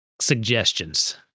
suggestions